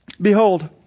Behold